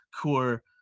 core